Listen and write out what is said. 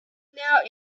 now